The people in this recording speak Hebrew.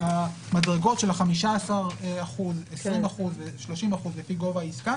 מ-10% מסכום העסקה